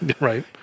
Right